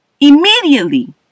immediately